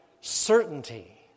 certainty